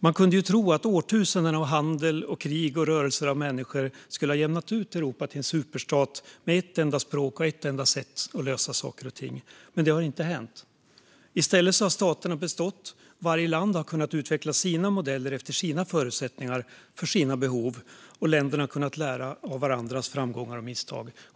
Man kunde ju tro att årtusenden av handel, krig och rörelser av människor skulle ha jämnat ut Europa till en superstat med ett enda språk och ett enda sätt att lösa saker och ting, men det har inte hänt. I stället har staterna bestått. Varje land har kunnat utveckla sina modeller utifrån sina förutsättningar och för sina behov, och länderna har kunnat lära av varandras framgångar och misstag.